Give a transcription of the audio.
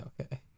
Okay